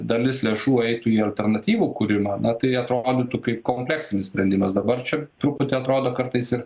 dalis lėšų eitų į alternatyvų kūrimą na tai atrodytų kaip kompleksinis sprendimas dabar čia truputį atrodo kartais ir